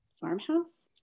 farmhouse